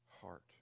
heart